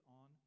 on